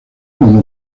cuando